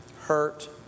hurt